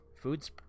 foods